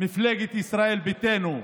מפלגת ישראל ביתנו,